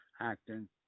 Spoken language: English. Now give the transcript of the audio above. acting